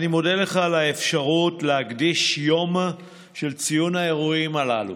אני מודה לך על האפשרות להקדיש יום לציון האירועים הללו.